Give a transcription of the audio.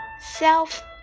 self